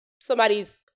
somebody's